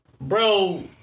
bro